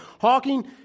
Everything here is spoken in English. Hawking